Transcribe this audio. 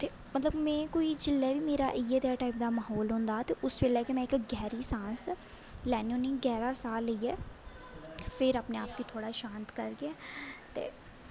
ते में जिसलै बी कोई इ'यै जेहै टाईप दा म्हौल होंदा ते उस बेल्लै में इक गैह्री सांस लैन्नी होन्नी गैह्रा साह् लेइयै फिर अपने आप गी थोह्ड़ा शांत करियै ते